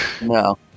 No